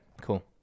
cool